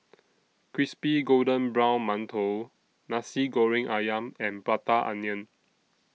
Crispy Golden Brown mantou Nasi Goreng Ayam and Prata Onion